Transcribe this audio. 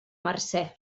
mercè